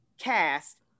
cast